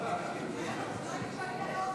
לממשלה נתקבלה.